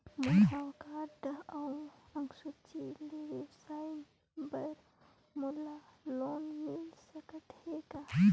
मोर हव कारड अउ अंक सूची ले व्यवसाय बर मोला लोन मिल सकत हे का?